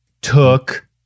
took